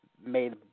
made